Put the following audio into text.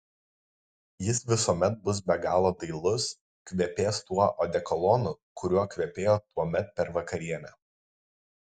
jis visuomet bus be galo dailus kvepės tuo odekolonu kuriuo kvepėjo tuomet per vakarienę